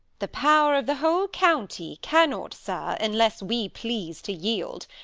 the power of the whole county cannot, sir, unless we please to yield,